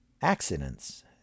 accidents